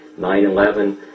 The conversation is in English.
9-11